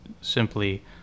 simply